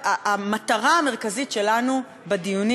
המטרה המרכזית שלנו בדיונים,